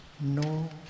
no